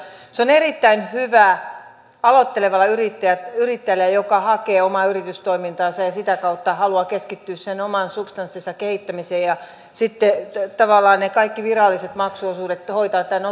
se on erittäin hyvä aloittelevalle yrittäjälle joka hakee omaa yritystoimintaansa ja sitä kautta haluaa keskittyä sen oman substanssinsa kehittämiseen ja sitten tavallaan ne kaikki viralliset maksuosuudet hoitaa tämän osuuskunnan kautta